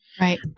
Right